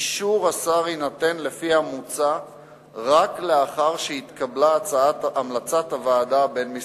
אישור השר יינתן לפי המוצע רק לאחר שהתקבלה המלצת הוועדה הבין-משרדית.